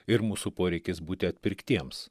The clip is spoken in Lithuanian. ir mūsų poreikis būti atpirktiems